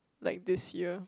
like this year